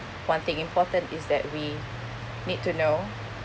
one thing important is that we need to know